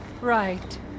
Right